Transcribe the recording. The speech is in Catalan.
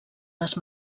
les